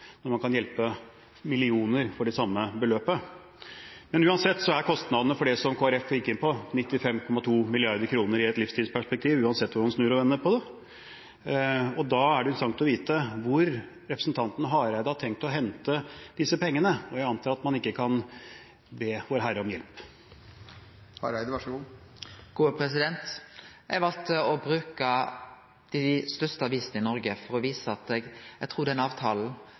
når man kan hjelpe millioner for det samme beløpet. Men uansett er kostnadene for det som Kristelig Folkeparti gikk inn på, 95,2 mrd. kr i et livstidsperspektiv – uansett hvordan man snur og vender på det. Og da er det interessant å få vite hvor representanten Hareide har tenkt å hente disse pengene – jeg antar at man ikke kan be Vårherre om hjelp. Eg valde å bruke dei største avisene i Noreg for å vise at eg trur den avtalen